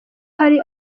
hari